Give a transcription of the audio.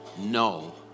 no